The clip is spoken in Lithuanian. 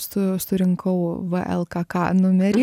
su surinkau vlkk numerį